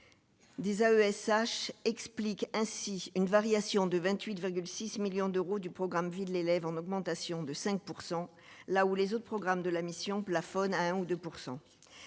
10 AESH explique ainsi une variation de 28,6 millions d'euros du programme vide l'élève en augmentation de 5 pourcent là où les autres programmes de la mission plafonne à 1 ou 2